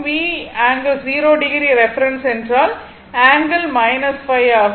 v V∠0o reference என்றால் angle ϕ ஆகும்